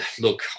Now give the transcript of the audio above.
Look